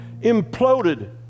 imploded